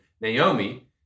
Naomi